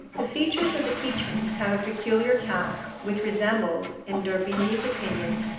the features of the quichuans have a peculiar cast, which resembles, in d'orbigny's opinion,